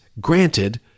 granted